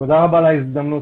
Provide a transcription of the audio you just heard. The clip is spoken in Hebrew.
כלפי כל מי שמגיע